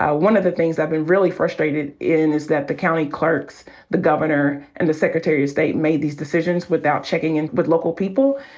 ah one of the things i've been really frustrated in is that the county clerks, the governor, and the secretary of state made these decisions without checking in with local people.